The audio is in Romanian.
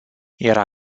era